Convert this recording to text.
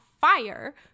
fire